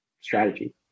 strategy